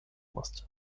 musste